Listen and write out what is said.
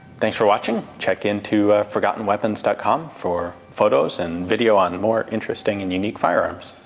thanks for watching. check into forgottenweapons dot com for photos and video on more interesting and unique firearms.